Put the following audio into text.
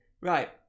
Right